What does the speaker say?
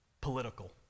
political